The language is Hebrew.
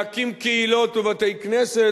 ולהקים קהילות ובתי-כנסת,